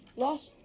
lost.